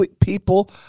people